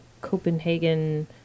Copenhagen